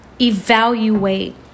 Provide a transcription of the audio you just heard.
evaluate